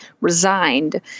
resigned